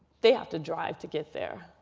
they have to drive to get there.